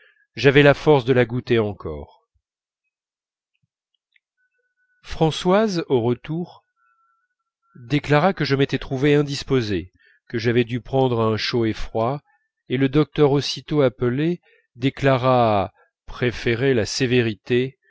j'avais la force de le goûter encore françoise au retour déclara que je m'étais trouvé indisposé que j'avais dû prendre un chaud et froid et le docteur aussitôt appelé déclara préférer la sévérité